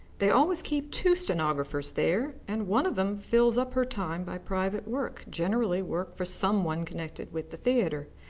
they always keep two stenographers there, and one of them fills up her time by private work, generally work for some one connected with the theatre.